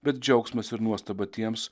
bet džiaugsmas ir nuostaba tiems